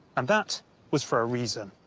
and that was for a reason.